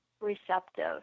receptive